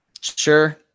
Sure